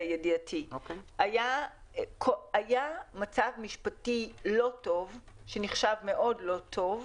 היה מצב משפטי שנחשב מאוד לא טוב,